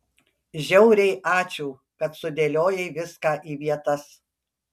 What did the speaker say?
žiauriai ačiū kad sudėliojai viską į vietas